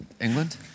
England